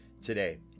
Today